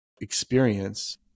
experience